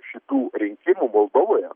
šitų rinkimų moldovoje